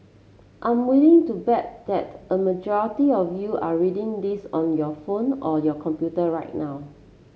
I'm willing to bet that a majority of you are reading this on your phone or your computer right now